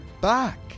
back